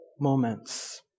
moments